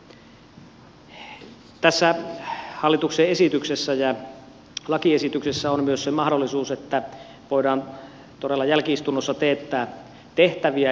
tässä hallituksen lakiesityksessä on myös se mahdollisuus että voidaan todella jälki istunnossa teettää tehtäviä